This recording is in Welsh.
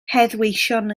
heddweision